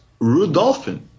Rudolphin